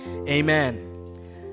amen